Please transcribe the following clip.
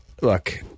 look